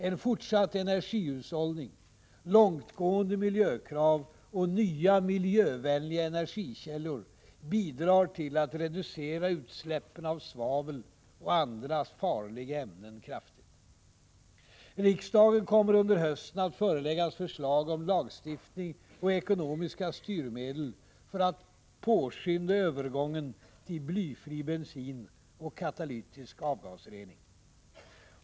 En fortsatt energihushållning, långtgående miljökrav och nya miljövänliga energikällor bidrar till att reducera utsläppen av svavel och andra farliga ämnen kraftigt. Riksdagen kommer under hösten att föreläggas förslag om lagstiftning och ekonomiska styrmedel för att påskynda övergången till blyfri bensin och katalytisk avgasrening.